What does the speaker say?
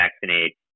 vaccinate